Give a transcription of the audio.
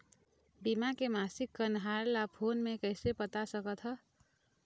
बीमा के मासिक कन्हार ला फ़ोन मे कइसे पता सकत ह?